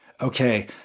Okay